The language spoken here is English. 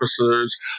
officers